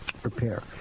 prepare